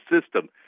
System